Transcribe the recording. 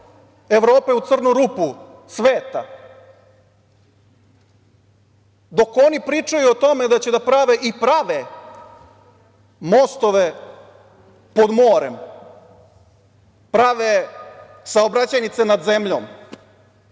Evrope u crnu rupu sveta, dok oni pričaju o tome da će da prave, i prave, mostove pod morem, prave saobraćajnice nad zemljom,